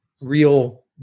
real